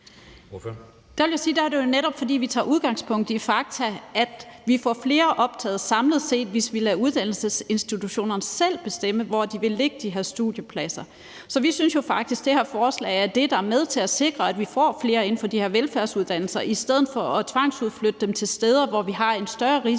sige, at der er det jo netop, fordi vi tager udgangspunkt i fakta, at vi får flere optaget samlet set, hvis vi lader uddannelsesinstitutionerne selv bestemme, hvor de vil lægge de her studiepladser. Så vi synes jo faktisk, at det her forslag er det, der er med til at sikre, at vi får flere inden for de her velfærdsuddannelser i stedet for at tvangsudflytte dem til steder, hvor vi har en større risiko